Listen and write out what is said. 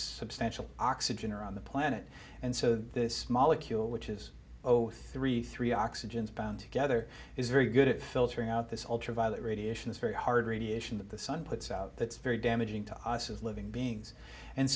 substantial oxygen around the planet and so this molecule which is zero three three oxygens bound together is very good at filtering out this ultraviolet radiation is very hard radiation that the sun puts out that's very damaging to us as living beings and